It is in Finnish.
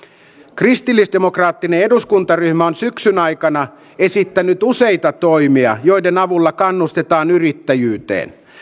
kristillisdemokraattinen eduskuntaryhmä on syksyn aikana esittänyt useita toimia joiden avulla kannustetaan yrittäjyyteen